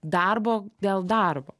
darbo dėl darbo